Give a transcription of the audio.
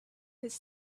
his